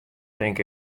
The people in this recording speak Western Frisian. tink